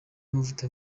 amavuta